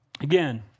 Again